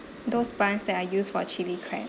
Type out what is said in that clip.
those buns that are used for chili crab